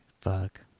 fuck